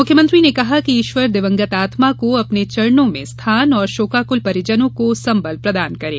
मुख्यमंत्री ने कहा कि ईश्वर दिवंगत आत्मा को अपने चरणों में स्थान और शोकाकुल परिजनों को संबल प्रदान करे